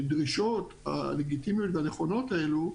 הדרישות הלגיטימיות והנכונות האלה,